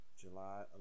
July